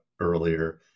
earlier